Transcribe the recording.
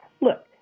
Look